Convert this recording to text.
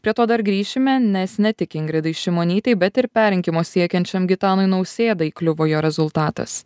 prie to dar grįšime nes ne tik ingridai šimonytei bet ir perrinkimo siekiančiam gitanui nausėdai kliuvo jo rezultatas